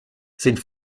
sind